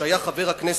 שהיה חבר הכנסת,